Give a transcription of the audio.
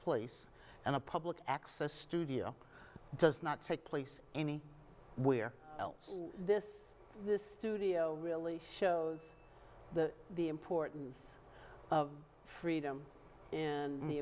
place and a public access studio does not take place any where else this this studio really shows the importance of freedom and the